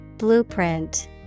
Blueprint